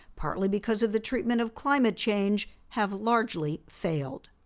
partly because of the treatment of climate change, have largely failed.